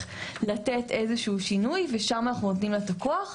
לתת איזשהו שינוי ושם אנחנו נותנים לה את הכוח.